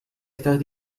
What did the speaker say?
estas